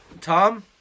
Tom